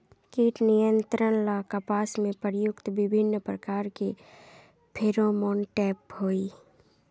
कीट नियंत्रण ला कपास में प्रयुक्त विभिन्न प्रकार के फेरोमोनटैप होई?